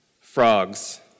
frogs